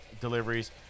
deliveries